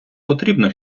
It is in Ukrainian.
потрібно